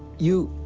you